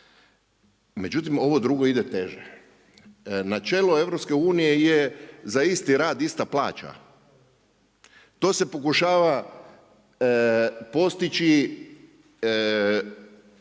Međutim ovo drugo ide teže. Na čelu EU-a je za isti rad ista plaća. To se pokušava postići